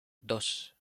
dos